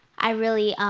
i really,